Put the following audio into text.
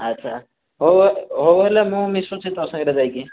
ଆଛା ହଉ ହଉ ହେଲେ ମୁଁ ମିଶୁଛି ତୋ ସାଙ୍ଗରେ ଯାଇକି